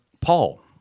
Paul